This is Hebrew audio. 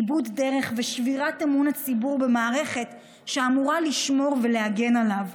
איבוד דרך ושבירת אמון הציבור במערכת שאמורה לשמור ולהגן עליו.